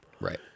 Right